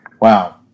wow